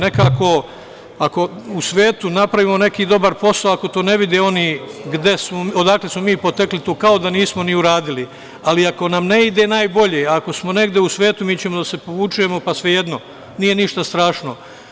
Nekako, ako u svetu napravimo neki dobar posao, ako to ne vide oni odakle smo mi potekli, to kao da nismo ni uradili, ali ako nam ne ide najbolje, ako smo negde u svetu mi ćemo da se povučemo, pa svejedno, nije ništa strašno.